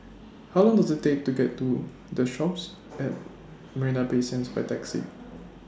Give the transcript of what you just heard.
How Long Does IT Take to get to The Shoppes At Marina Bay Sands By Taxi